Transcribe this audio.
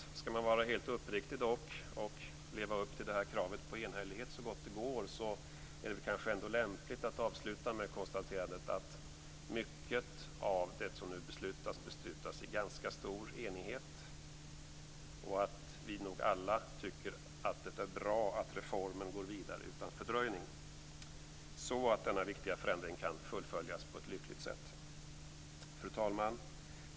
Men skall man vara helt uppriktig och så gott det går leva upp till kravet på enhällighet, är det kanske ändå lämpligt att avsluta med konstaterandet att mycket av det som nu beslutas tas i ganska stor enighet och att vi nog alla tycker att det är bra att reformen går vidare utan fördröjning, så att denna viktiga förändring kan fullföljas på ett lyckligt sätt. Fru talman!